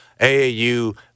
AAU